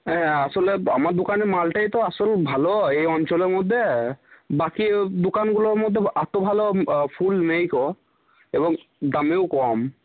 হ্যাঁ আসলে আমার দোকানে মালটাই তো আসল ভালো এই অঞ্চলের মধ্যে বাকি দোকানগুলোর মধ্যে এত ভালো ফুল নেইকো এবং দামেও কম